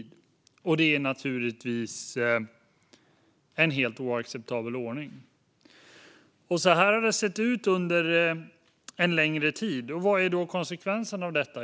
Det är naturligtvis en helt oacceptabel ordning, men så har det sett ut under en längre tid. Vad är konsekvensen av detta?